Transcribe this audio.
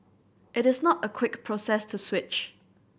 it is not a quick process to switch